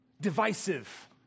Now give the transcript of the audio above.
divisive